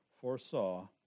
foresaw